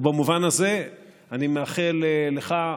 ובמובן הזה אני מאחל לך,